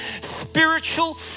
spiritual